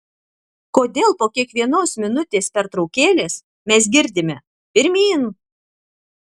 kodėl po kiekvienos minutės pertraukėlės mes girdime pirmyn